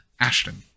Ashton